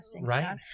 Right